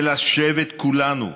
ולשבת כולנו,